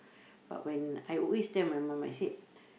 but when I always tell my mom I said